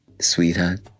Sweetheart